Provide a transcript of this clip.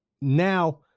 now